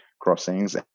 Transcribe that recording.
crossings